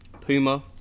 Puma